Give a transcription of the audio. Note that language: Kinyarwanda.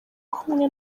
kumwe